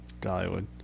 Dollywood